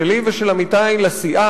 שלי ושל עמיתי לסיעה,